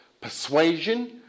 persuasion